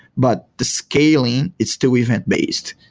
but the scaling is still event-based,